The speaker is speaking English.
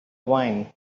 wine